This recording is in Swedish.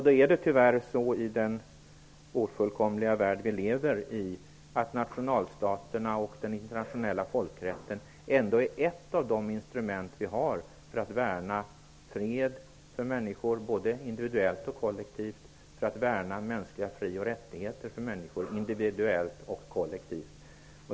Då är i den tyvärr ofullkomliga värld som vi lever i nationalstaterna och den internationella folkrätten ett av de instrument som vi har för att värna fred för människor individuellt och kollektivt, värna mänskliga fri och rättigheter för människor individuellt och kollektivt.